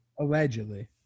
allegedly